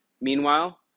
Meanwhile